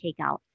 takeout